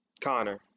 Connor